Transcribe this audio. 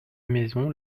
maison